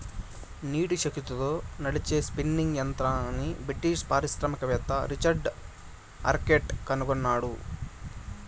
నీటి శక్తితో నడిచే స్పిన్నింగ్ యంత్రంని బ్రిటిష్ పారిశ్రామికవేత్త రిచర్డ్ ఆర్క్రైట్ కనుగొన్నాడు